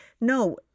no